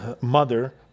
mother